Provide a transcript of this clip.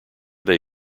they